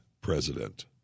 president